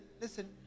listen